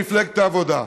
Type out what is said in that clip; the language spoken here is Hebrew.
מפלגת העבודה.